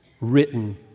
written